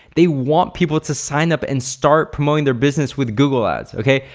they want people to sign up and start promoting their business with google ads, okay?